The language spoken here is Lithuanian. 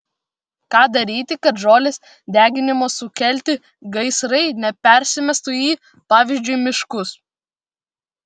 ką daryti kad žolės deginimo sukelti gaisrai nepersimestų į pavyzdžiui miškus